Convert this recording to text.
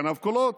גנב קולות.